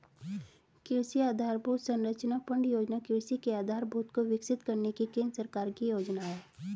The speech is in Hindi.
कृषि आधरभूत संरचना फण्ड योजना कृषि के आधारभूत को विकसित करने की केंद्र सरकार की योजना है